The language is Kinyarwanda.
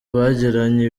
bagiranye